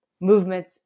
movement